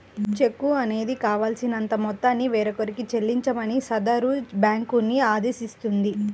చెక్కు అనేది కావాల్సినంత మొత్తాన్ని వేరొకరికి చెల్లించమని సదరు బ్యేంకుని ఆదేశిస్తుంది